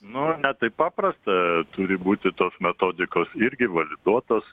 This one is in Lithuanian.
nu ne taip paprasta turi būti tos metodikos irgi validuotos